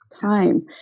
time